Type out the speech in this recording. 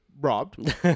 Robbed